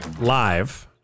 live